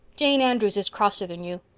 jane andrews is crosser than you.